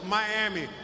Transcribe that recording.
Miami